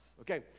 Okay